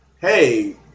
hey